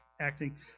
acting